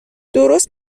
درست